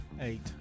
Eight